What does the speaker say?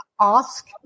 ask